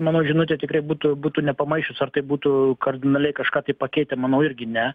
mano žinutė tikrai būtų būtų nepamaišius ar tai būtų kardinaliai kažką tai pakeitę manau irgi ne